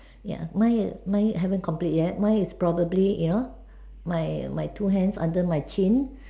ya mine mine haven't complete yet mine is probably you know my my two hands under my chin